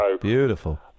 beautiful